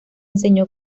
enseñó